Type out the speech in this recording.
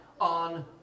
on